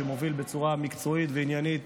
שמוביל בצורה מקצועית ועניינית